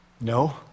No